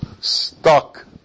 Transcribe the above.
stuck